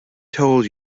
told